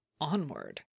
onward